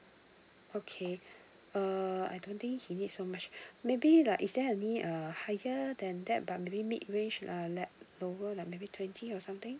okay uh I don't think he need so much maybe like is there any uh higher than that but maybe mid range uh lower like maybe twenty or something